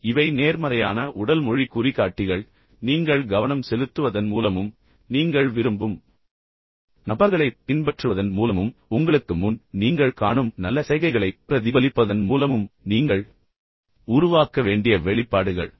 எனவே இவை நேர்மறையான உடல் மொழி குறிகாட்டிகள் நீங்கள் கவனம் செலுத்துவதன் மூலமும் நீங்கள் விரும்பும் நபர்களைப் பின்பற்றுவதன் மூலமும் உங்களுக்கு முன் நீங்கள் காணும் நல்ல சைகைகளைப் பிரதிபலிப்பதன் மூலமும் நீங்கள் உருவாக்க வேண்டிய வெளிப்பாடுகள்